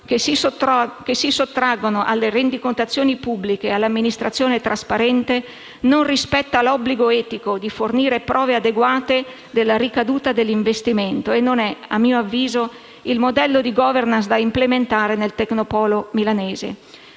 che si sottraggono alle rendicontazioni pubbliche e all'amministrazione trasparente, non rispetta l'obbligo etico di fornire prove adeguate della ricaduta dell'investimento e, a mio avviso, non è il modello di *governance* da implementare nel Tecnopolo milanese.